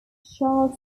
charles